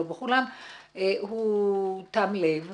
לא בכולם הוא תם לב,